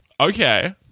okay